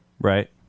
Right